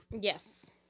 Yes